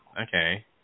okay